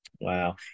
wow